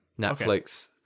Netflix